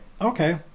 okay